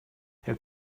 herr